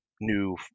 new